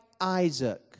Isaac